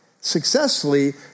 successfully